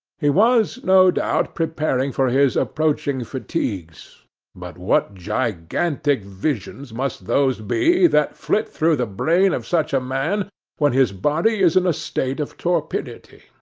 he was, no doubt, preparing for his approaching fatigues but what gigantic visions must those be that flit through the brain of such a man when his body is in a state of torpidity!